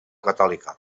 catòlica